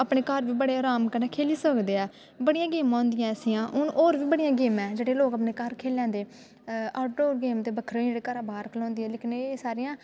अपने घर बी बड़े अराम कन्नै खेली सकदे ऐ बड़ियां गेमां होंदियां ऐसियां हून होर बी बड़ियां गेमां ऐ जेह्ड़े लोग अपने घर खेली लैंदे आऊटडोर गेम ते बक्खरे न जेह्ड़े घरा दा बाह्र खलोंदी ऐ लेकिन एह् सारियां